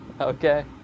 okay